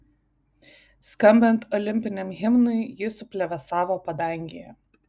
skambant olimpiniam himnui ji suplevėsavo padangėje